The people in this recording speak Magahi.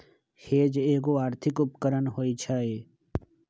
हेज एगो आर्थिक उपकरण होइ छइ